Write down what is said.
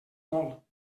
molt